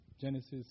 Genesis